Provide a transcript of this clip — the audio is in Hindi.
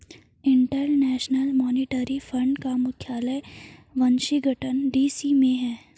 इंटरनेशनल मॉनेटरी फंड का मुख्यालय वाशिंगटन डी.सी में है